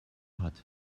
hat